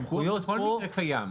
פיקוח בכל מקרה קיים.